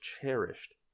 cherished